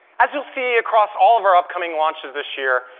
as you'll see across all of our upcoming launches this year,